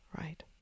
Right